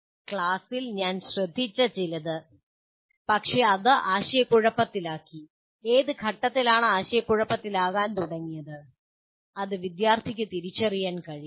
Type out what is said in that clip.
ക്ലാസ്സിൽ ഞാൻ ശ്രദ്ധിച്ച ചിലത് പക്ഷേ അത് ആശയക്കുഴപ്പത്തിലാക്കി ഏത് ഘട്ടത്തിലാണ് ആശയക്കുഴപ്പത്തിലാകാൻ തുടങ്ങിയത് അത് വിദ്യാർത്ഥിക്ക് തിരിച്ചറിയാൻ കഴിയും